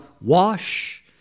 wash